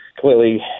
completely